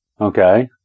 Okay